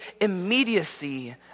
immediacy